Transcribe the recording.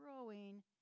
growing